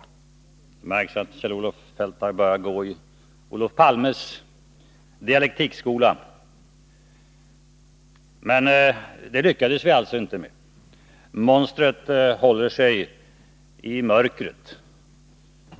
— det märks att Kjell Olof Feldt har börjat gå i Olof Palmes dialektikskola— men det lyckades vi inte med. Monstret håller sig i mörkret.